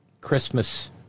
Christmas